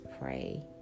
pray